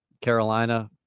Carolina